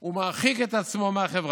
הוא מרחיק את עצמו מהחברה.